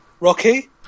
Rocky